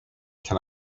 can